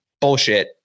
Bullshit